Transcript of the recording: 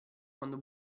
quando